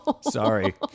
Sorry